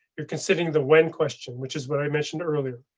you're considering the when question, which is what i mentioned earlier.